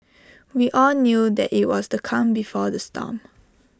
we all knew that IT was the calm before the storm